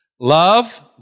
Love